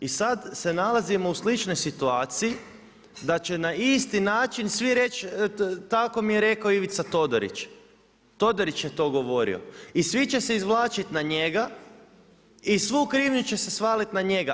I sad se nalazimo u sličnoj situaciji, da će na isti način svi reći tako mi je rekao Ivica Todorić, Todorić je to govorio i svi će se izvlačiti na njega i svu krivnju će se svaliti na njega.